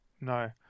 no